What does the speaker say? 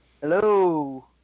Hello